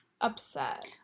Upset